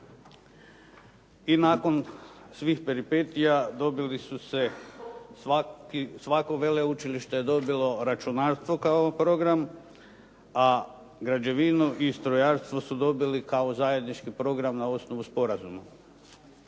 I nakon svih peripetija dobili su, svako veleučilište je dobilo računalstvo kao program, a građevinu i strojarstvo su dobili kao zajednički program na osnovu sporazuma.